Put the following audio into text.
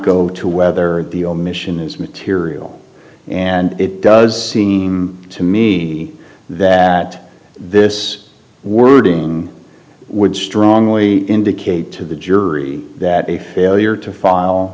go to whether the omission is material and it does seem to me that this wording would strongly indicate to the jury that a failure to file